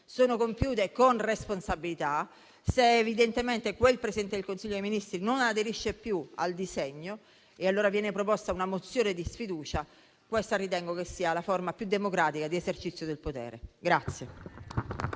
sono compiute con responsabilità, se quel Presidente del Consiglio dei ministri non aderisce più al disegno, viene proposta una mozione di sfiducia. Questa ritengo che sia la forma più democratica di esercizio del potere.